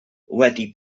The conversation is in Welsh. wedi